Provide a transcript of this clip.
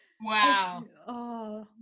wow